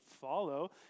follow